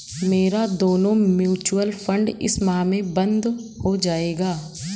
मेरा दोनों mutual fund इस माह में बंद हो जायेगा